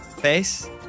Face